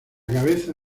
cabeza